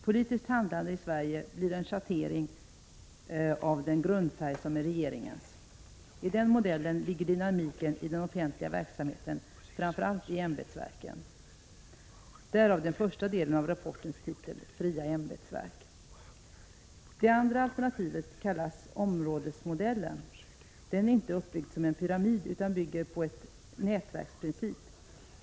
Politiskt handlande i Sverige blir en schattering av den grundfärg som är regeringens. I den modellen ligger dynamiken i den offentliga verksamheten, framför allt i ämbetsverken. Därav den första delen av rapportens titel ”Fria ämbetsverk”. Det andra alternativet kallas ”områdesmodellen”. Den är inte uppbyggd som en pyramid utan bygger på en nätverksprincip.